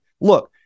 Look